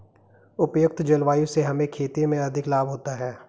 उपयुक्त जलवायु से हमें खेती में अधिक लाभ होता है